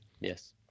Yes